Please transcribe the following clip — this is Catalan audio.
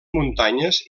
muntanyes